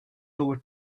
over